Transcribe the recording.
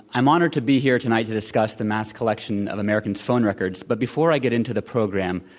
i'm honored to be here tonight to discuss the mass collection of americans' phone records. but before i get into the program,